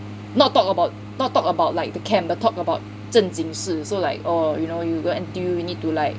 not talk about not talk about like the camp but talk about 正经事 so like orh you know you N_T_U you need to like